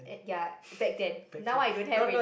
ya back then now I don't have already